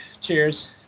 Cheers